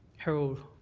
harold.